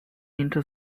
into